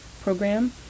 Program